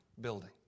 building